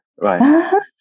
right